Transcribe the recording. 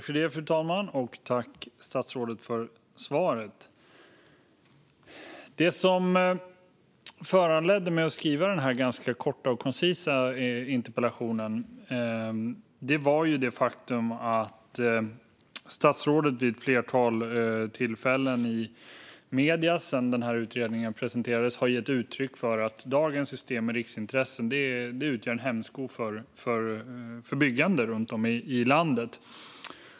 Fru talman! Jag tackar statsrådet för svaret. Det som föranledde mig att skriva denna ganska korta och koncisa interpellation var det faktum att statsrådet vid ett flertal tillfällen sedan denna utredning presenterades i medierna har gett uttryck för att dagens system med riksintressen utgör en hämsko för byggande runt om i landet.